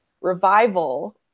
Revival